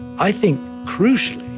i think, crucially,